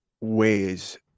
ways